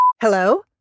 Hello